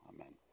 Amen